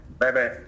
Bye-bye